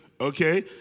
okay